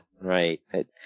right